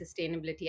sustainability